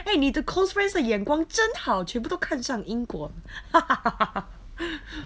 eh 你的 close friends 的眼光真好全部都看上英国